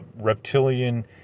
reptilian